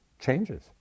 changes